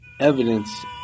evidence